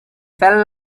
felt